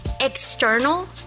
external